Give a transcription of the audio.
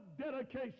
dedication